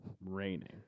raining